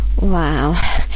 Wow